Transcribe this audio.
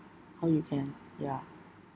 how you can ya